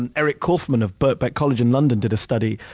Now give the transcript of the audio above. and eric kaufmann of birkbeck college in london did a study.